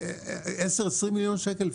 10,20 מיליון שקל,